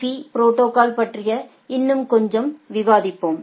பீ புரோட்டோகால்பற்றி இன்னும் கொஞ்சம் விவாதிப்போம்